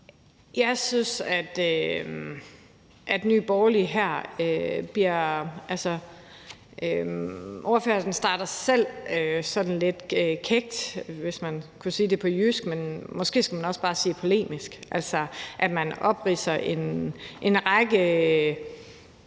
Jeg synes, at Nye Borgerliges spørger her selv starter sådan lidt kækt, hvis man skal sige det på jysk, men måske skal man nok bare sige polemisk. Spørgeren opridser en række